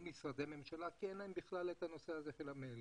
משרדי ממשלה כי אין להם את הנושא הזה של המייל.